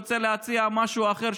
רוצה להציע משהו אחר,